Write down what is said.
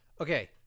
Okay